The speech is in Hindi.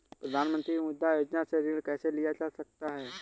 प्रधानमंत्री मुद्रा योजना से ऋण कैसे लिया जा सकता है?